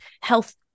health